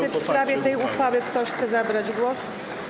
Czy w sprawie tej uchwały ktoś chce zabrać głos?